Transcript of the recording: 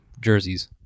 jerseys